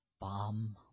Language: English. Bomb